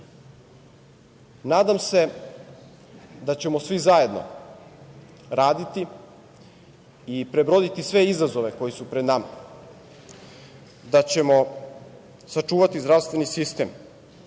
nadam se da ćemo svi zajedno raditi i prebroditi sve izazove koji su pred nama, da ćemo sačuvati zdravstveni sistem,